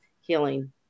healing